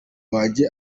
wanjye